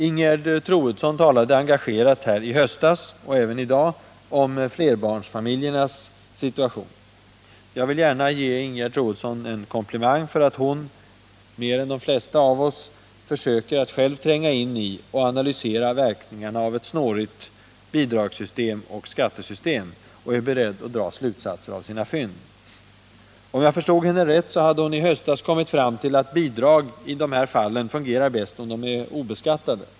Ingegerd Troedsson talade i höstas — och även i dag — engagerat om flerbarnsfamiljernas situation. Jag vill gärna ge Ingegerd Troedsson en komplimang för att hon mer än de flesta av oss försöker att själv tränga in i och analysera verkningarna av ett snårigt bidragsoch skattesystem och är beredd att dra slutsatser av sina fynd. Om jag förstod henne rätt, hade hon i höstas kommit fram till att bidrag i detta fall fungerar bäst om de är obeskattade.